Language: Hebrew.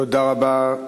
תודה רבה.